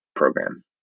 program